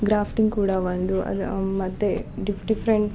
grafting ಕೂಡ ಒಂದು ಅದು ಮತ್ತು ಡಿಫ್ ಡಿಫ್ರೆಂಟ್